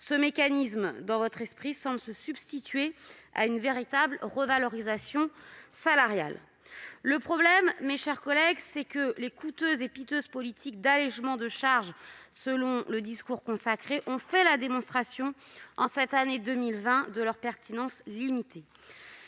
ce mécanisme semble se substituer à une véritable revalorisation salariale. Le problème, mes chers collègues, c'est que les coûteuses et piteuses politiques d'allégement de charges- selon le discours consacré -ont fait la démonstration de leur pertinence limitée